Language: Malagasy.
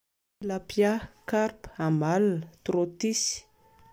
Tilapia, carpe, amalona, trôtisy